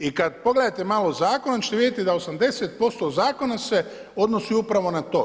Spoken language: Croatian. I kada pogledate malo zakon onda ćete vidjeti da 80% zakona se odnosi upravo na to.